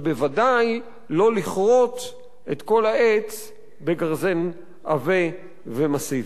ובוודאי לא לכרות את כל העץ בגרזן עבה ומסיבי.